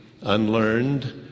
unlearned